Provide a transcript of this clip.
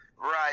Right